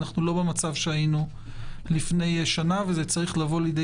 אנחנו לא במצב שהיינו לפני שנה וזה צריך לבוא לידי